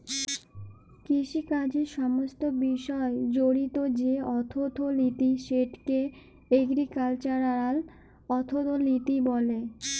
কিষিকাজের সমস্ত বিষয় জড়িত যে অথ্থলিতি সেটকে এগ্রিকাল্চারাল অথ্থলিতি ব্যলে